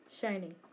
Shining